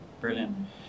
brilliant